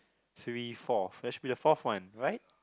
three four there should be the fourth one right